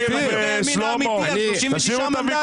לימין האמיתי יש 36 מנדטים.